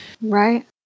Right